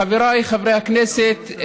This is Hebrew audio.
חבריי חברי הכנסת,